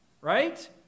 Right